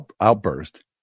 outburst